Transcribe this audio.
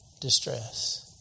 distress